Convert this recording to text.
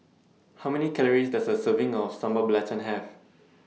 How Many Calories Does A Serving of Sambal Belacan Have